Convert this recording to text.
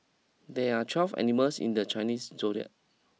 there are twelve animals in the Chinese zodiac